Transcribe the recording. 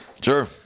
Sure